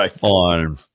on